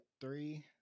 three